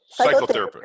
psychotherapist